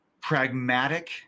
pragmatic